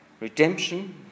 redemption